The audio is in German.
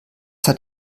hat